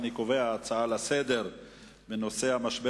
אני קובע שההצעות לסדר-היום בנושא המשבר